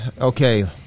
okay